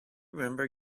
remember